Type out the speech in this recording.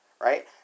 right